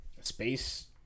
space